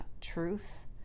truth